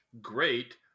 great